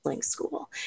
School